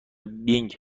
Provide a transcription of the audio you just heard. بینگ